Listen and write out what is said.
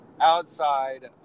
outside